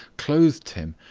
clothed him,